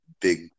big